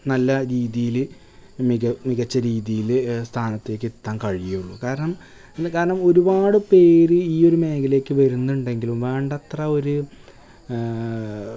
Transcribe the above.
നല്ല രീതിയിൽ മിക മികച്ച രീതിയിൽ സ്ഥാനത്തേക്കെത്താൻ കഴിയുകയുള്ളു കാരണം ഇന്ന് കാരണം ഒരൂപാട് പേർ ഈയൊരു മേഖലക്ക് വരുന്നുണ്ടെങ്കിലും വേണ്ടത്ര ഒരു